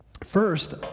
First